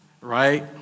right